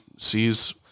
sees